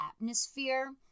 atmosphere